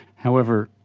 however,